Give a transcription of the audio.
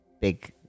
big